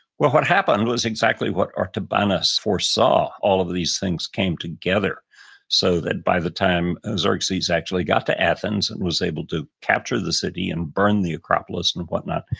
well, what happened was exactly what artabanus foresaw. all of these things came together so that by the time xerxes actually got to athens and was able to capture the city and burn the acropolis and whatnot,